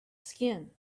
skin